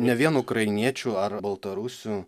ne vien ukrainiečių ar baltarusių